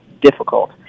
difficult